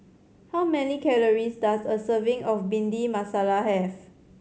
how many calories does a serving of Bhindi Masala have